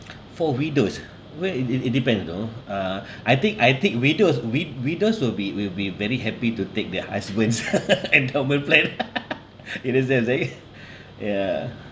for widows where it it it depend you know uh I think I think widows wi~ widows will be will be very happy to take their husband endowment plan you ~ derstand I'm saying ya